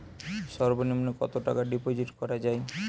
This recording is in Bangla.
সর্ব নিম্ন কতটাকা ডিপোজিট করা য়ায়?